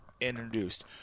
introduced